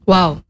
Wow